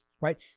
right